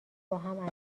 باهم